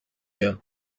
year